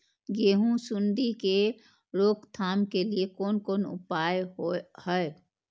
गेहूँ सुंडी के रोकथाम के लिये कोन कोन उपाय हय?